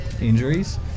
injuries